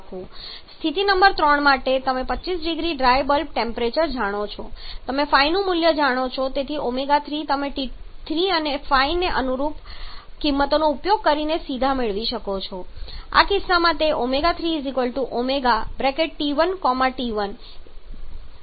સ્થિતિ નંબર 3 માટે તમે 25 0C ડ્રાય બલ્બ ટેમ્પરેચર જાણો છો તમે ϕ નું મૂલ્ય જાણો છો તેથી ω3 તમે T3 અને ϕ ને અનુરૂપ ϕ ની કિંમતનો ઉપયોગ કરીને સીધા જ મેળવી શકો છો અને આ કિસ્સામાં તે આ રીતે આવે છે 3T1T10